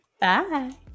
Bye